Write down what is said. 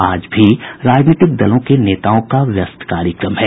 आज भी राजनीतिक दलों के नेताओं का व्यस्त कार्यक्रम है